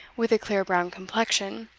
with a clear brown complexion,